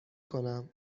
کنم